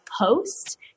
post